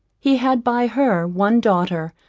he had by her one daughter,